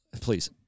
Please